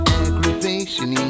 aggravation